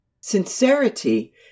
Sincerity